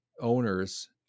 owners